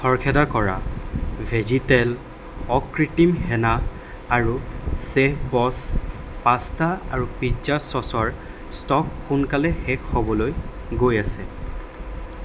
খৰখেদা কৰা ভেজীতেল অকৃত্ৰিম হেনা আৰু চেফবছ পাস্তা আৰু পিজ্জা চ'চৰ ষ্টক সোনকালে শেষ হ'বলৈ গৈ আছে